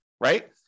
right